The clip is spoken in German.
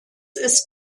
ist